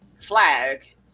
flag